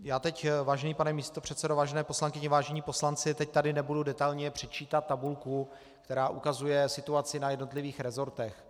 Já teď, vážený pane místopředsedo, vážené poslankyně, vážení poslanci, teď tady nebudu detailně předčítat tabulku, která ukazuje situaci na jednotlivých resortech.